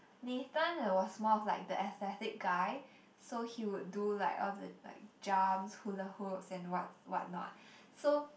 Nathan was more of like the athletic guy so he would do like all the like jumps hula-hoops and what what not so